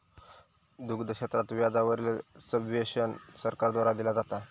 दुग्ध क्षेत्रात व्याजा वरील सब्वेंशन सरकार द्वारा दिला जाता